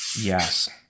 Yes